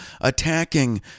attacking